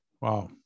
Wow